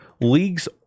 League's